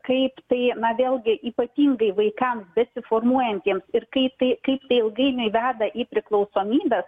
kaip tai na vėlgi ypatingai vaikams besiformuojantiems ir kai tai kaip tai ilgainiui veda į priklausomybes